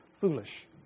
foolish